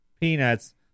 peanuts